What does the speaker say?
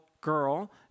girl